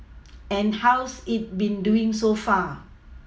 and how's it been doing so far